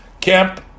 camp